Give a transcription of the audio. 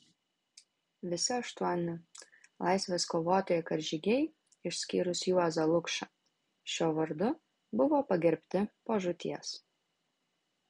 visi aštuoni laisvės kovotojai karžygiai išskyrus juozą lukšą šiuo vardu buvo pagerbti po žūties